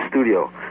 studio